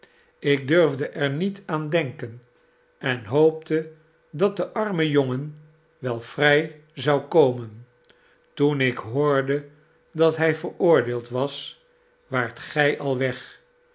ik durfde er niet aan denken en hoopte dat de arme jongen wel vrij zou komen toen ik hoorde dat hj veroordeeld was waart gij al weg